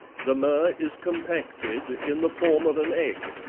the myrrh is compacted in the form of an egg,